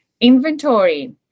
inventory